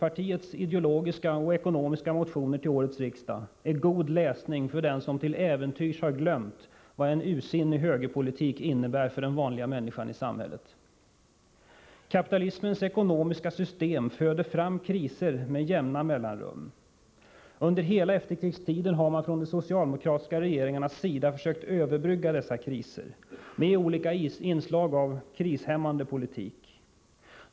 riksdag är god läsning för dem som till äventyrs har glömt vad en ursinnig högerpolitik innebär för den vanliga människan i samhället. Kapitalismens ekonomiska system föder fram kriser med jämna mellanrum. Under hela efterkrigstiden har man från de socialdemokratiska regeringarnas sida försökt överbrygga dessa kriser med olika inslag av krishämmande politik.